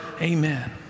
Amen